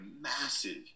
massive